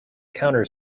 counter